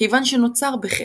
כיוון שנוצר בחטא.